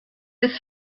ist